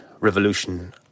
revolution